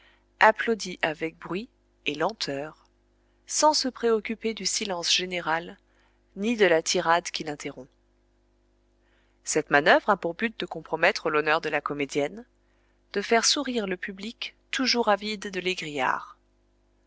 applaudit avec bruit et lenteur sans se préoccuper du silence général ni de la tirade qu'il interrompt cette manœuvre a pour but de compromettre l'honneur de la comédienne de faire sourire le public toujours avide de l'égrillard